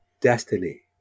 destiny